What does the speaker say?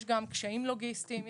יש גם קשיים לוגיסטיים.